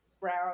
brown